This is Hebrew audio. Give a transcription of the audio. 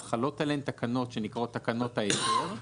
חלות עליהם תקנות שנקראות תקנות האזור.